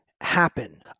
happen